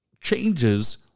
changes